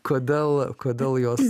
kodėl kodėl jos